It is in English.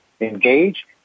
engage